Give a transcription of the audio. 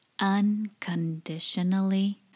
unconditionally